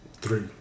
Three